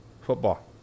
football